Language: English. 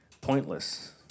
pointless